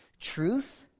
Truth